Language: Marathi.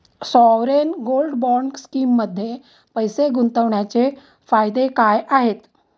सॉवरेन गोल्ड बॉण्ड स्कीममध्ये पैसे गुंतवण्याचे फायदे काय आहेत?